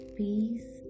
peace